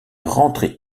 rentré